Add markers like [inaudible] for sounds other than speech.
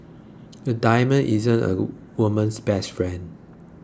the diamond is [unintelligible] a woman's best friend